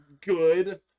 good